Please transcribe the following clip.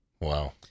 Wow